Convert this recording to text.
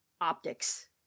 optics